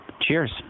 Cheers